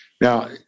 Now